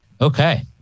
Okay